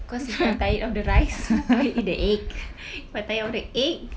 cause if I'm tired of the rice I can eat the egg if I'm tired of the egg